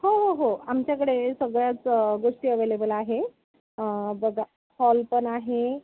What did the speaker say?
हो हो हो आमच्याकडे सगळ्याच गोष्टी अवेलेबल आहे बघा हॉल पण आहे